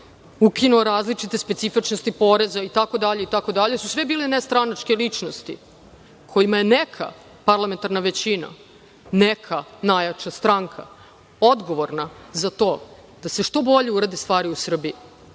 ukinuo različite specifičnosti poreza itd, itd. Ovo su sve bile nestranačke ličnosti, kojima je neka parlamentarna većina, neka najjača stranka odgovorna za to da se što bolje urade stvari u Srbiji